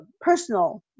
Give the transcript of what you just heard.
personal